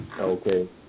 okay